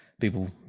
People